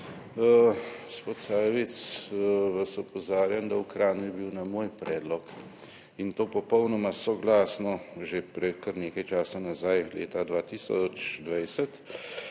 gospod Sajovic, vas opozarjam, da v Kranju je bil na moj predlog in to popolnoma soglasno že pred kar nekaj časa nazaj, leta 2020,